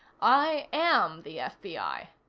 i am the fbi.